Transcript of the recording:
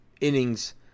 innings